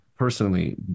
personally